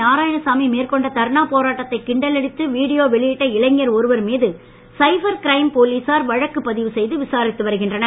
நாராயணசாமி மேற்கொண்ட தர்ணா போராட்டத்தை கிண்டலடித்து வீடியோ வெளியிட்ட இளைஞர் ஒருவர் மீது சைபர் கிரைம் போலீசார் வழக்கு பதிவு செய்து விசாரித்து வருகின்றனர்